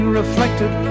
reflected